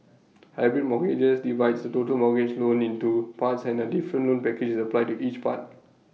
hybrid mortgages divides total mortgage loan into parts and A different loan package is applied to each part